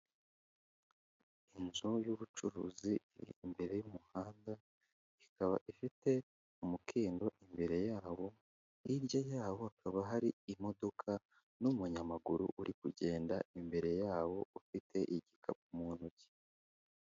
Inzu y'ubucuruzi iri imbere y'umuhanda ikaba ifite umukindo imbere yabo hirya yawo hakaba hari imodoka n'umunyamaguru uri kugenda imbere yawo ufite igikapu mu ntoki.